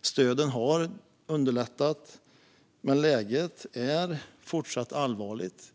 Stöden har underlättat, men läget är fortsatt allvarligt,